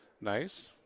Nice